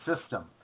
system